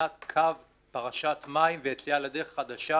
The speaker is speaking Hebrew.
מבחינת קו פרשת מים ויציאה לדרך חדש,